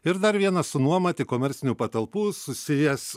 ir dar vienas su nuoma tik komercinių patalpų susijęs